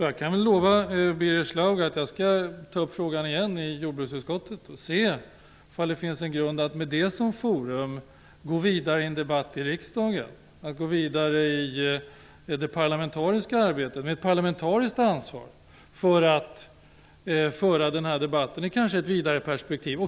Jag kan lova Birger Schlaug att jag skall ta upp frågan igen i jordbruksutskottet för att se om det finns en grund att med det som forum gå vidare i en debatt i riksdagen, i det parlamentariska arbetet, med ett parlamentariskt ansvar för att kanske föra denna debatt i ett vidare perspektiv.